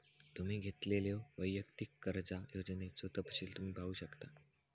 तुम्ही घेतलेल्यो वैयक्तिक कर्जा योजनेचो तपशील तुम्ही पाहू शकता